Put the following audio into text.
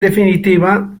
definitiva